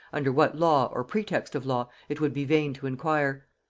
under what law, or pretext of law, it would be vain to inquire.